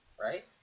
Right